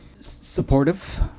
supportive